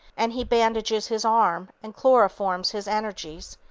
and he bandages his arm and chloroforms his energies,